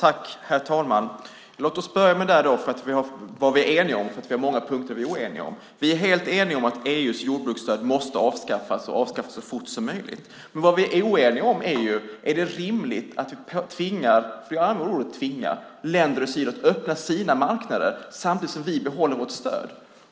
Herr talman! Det är många punkter som vi är oeniga om, men låt oss börja med det som vi är eniga om. Vi är helt eniga om att EU:s jordbruksstöd måste avskaffas och avskaffas så fort som möjligt. Men vi är oeniga om det rimliga i att tvinga länder att öppna sina marknader samtidigt som vi behåller vårt stöd.